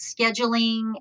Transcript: scheduling